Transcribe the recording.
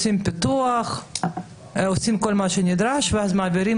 עושים פיתוח ואת כל מה שנדרש ואז מעבירים